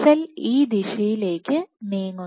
cell ഈ ദിശയിലേക്ക് നീങ്ങുന്നു